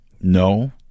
no